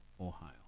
Ohio